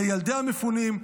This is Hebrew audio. לילדי המפונים,